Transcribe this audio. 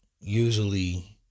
usually